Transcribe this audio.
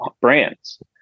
brands